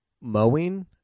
mowing